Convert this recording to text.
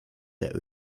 der